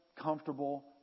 comfortable